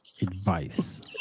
advice